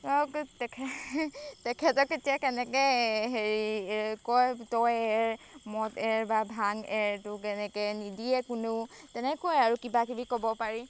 তেখেতক এতিয়া কেনেকৈ হেৰি কয় তই এৰ মদ এৰ বা ভাং এৰ তোক এনেকৈ নিদিয়ে কোনেও তেনেকুৱাই আৰু কিবাকিবি ক'ব পাৰি